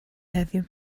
heddiw